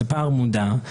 זה פער מודע.